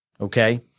okay